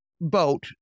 boat